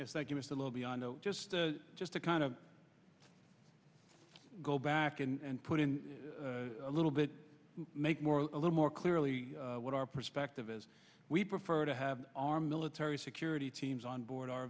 if they give us a little beyond just a just a kind of go back and put in a little bit make more a little more clearly what our perspective is we prefer to have our military security teams on board our